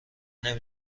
نمی